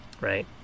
right